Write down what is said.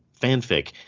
fanfic